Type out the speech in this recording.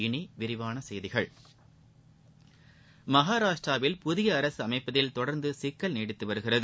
இனி விரிவான செய்திகள் மகாராஷ்டிராவில் புதிய அரசு அமைப்பதில் தொடர்ந்து சிக்கல் நீடித்து வருகிறது